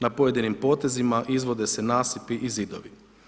Na pojedinim potezima izvode se nasipi i zidovi.